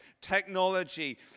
technology